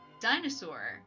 Dinosaur